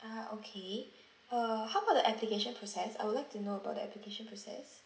ah okay err how about the application process I would like to know about the application process